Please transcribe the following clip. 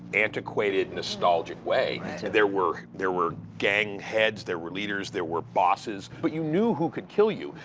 antiquated, nostalgic way. there were there were gang heads. there were leaders. there were bosses. but you knew who could kill you.